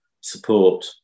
support